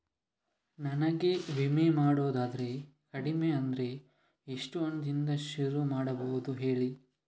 ನಮಗೆ ವಿಮೆ ಮಾಡೋದಾದ್ರೆ ಕಡಿಮೆ ಅಂದ್ರೆ ಎಷ್ಟು ಹಣದಿಂದ ಶುರು ಮಾಡಬಹುದು ಹೇಳಿ